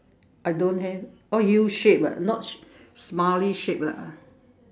I don't have oh U shape ah not smiley shape lah